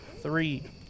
three